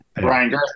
Brian